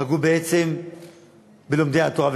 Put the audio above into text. פגעו בעצם בלומדי התורה.